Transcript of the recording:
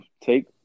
take